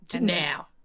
Now